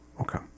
Okay